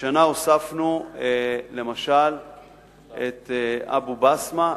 השנה הוספנו למשל את אבו-בסמה,